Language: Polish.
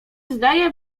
zdaje